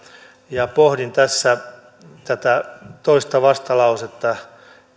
pohdin tässä tätä toista vastalausetta